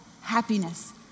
happiness